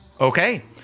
Okay